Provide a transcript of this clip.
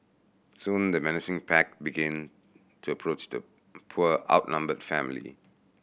soon the menacing pack began to approach the poor outnumbered family